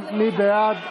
מי בעד?